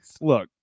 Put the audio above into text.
Look